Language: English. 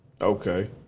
Okay